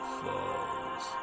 falls